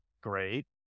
great